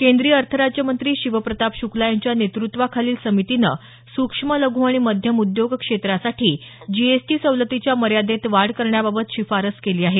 केंद्रीय अर्थराज्यमंत्री शिवप्रताप शुक्का यांच्या नेतृत्वाखालील समितीनं सुक्ष्म लघु आणि मध्यम उद्योग क्षेत्रासाठी जीएसटी सवलतीच्या मर्यादेत वाढ करण्याबाबत शिफारस केली आहे